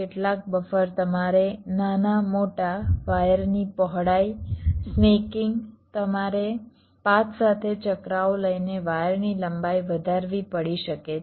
કેટલાક બફર તમારે નાના મોટા વાયરની પહોળાઈ સ્નેકિંગ તમારે પાથ સાથે ચકરાવો લઈને વાયરની લંબાઈ વધારવી પડી શકે છે